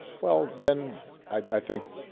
well, then i think